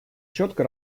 четко